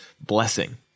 blessing